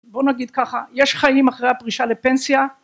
בואו נגיד ככה, יש חיים אחרי הפרישה לפנסיה